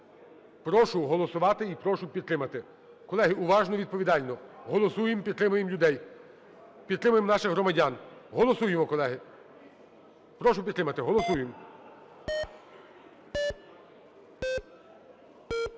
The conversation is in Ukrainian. Прошу голосувати і прошу підтримати. Колеги, уважно, відповідально голосуємо, підтримуємо людей, підтримуємо наших громадян. Голосуємо, колеги, прошу підтримати, голосуємо.